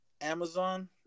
Amazon